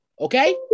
okay